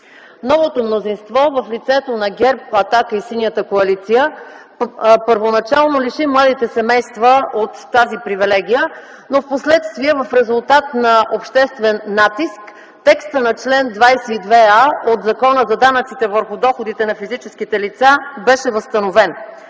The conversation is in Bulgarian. Новото мнозинство в лицето на ГЕРБ, „Атака” и Синята коалиция първоначално лиши младите семейства от тази привилегия, но впоследствие, в резултат на обществен натиск, текстът на чл. 22а от Закона за данъците върху доходите на физическите лица беше възстановен.